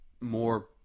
more